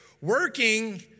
working